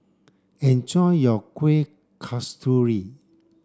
enjoy your Kueh Kasturi